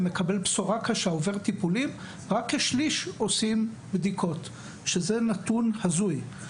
חולים עושים בדיקות - נתון הזוי.